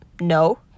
No